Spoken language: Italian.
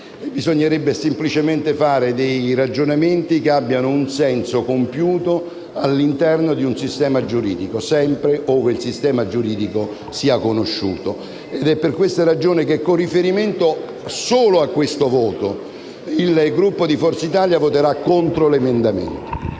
bisognerebbe semplicemente fare ragionamenti che abbiano un senso compiuto all'interno di un sistema giuridico, sempre ove il sistema giuridico sia conosciuto. È per questa ragione che, con riferimento solo a questo voto, il Gruppo di Forza Italia voterà contro l'emendamento